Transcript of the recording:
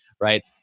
Right